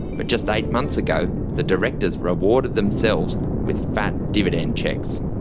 but just eight months ago the directors rewarded themselves with fat dividend cheques.